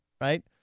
Right